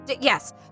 Yes